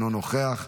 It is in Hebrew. אינו נוכח,